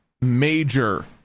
major